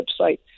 website